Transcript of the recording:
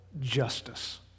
justice